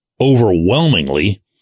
overwhelmingly